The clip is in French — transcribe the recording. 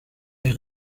les